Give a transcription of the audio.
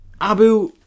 Abu